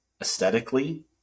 aesthetically